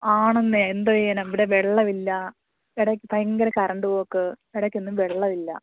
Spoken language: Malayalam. ആണെന്നേ എന്തോ ചെയ്യാനാണ് ഇവിടെ വെള്ളം ഇല്ല ഇടയ്ക്ക് ഭയങ്കര കറണ്ട് പോക്ക് ഇടയ്ക്കൊന്നും വെള്ളം ഇല്ല